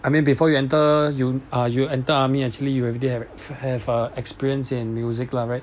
I mean before you enter you are you enter army actually you already have have uh experience in music lah right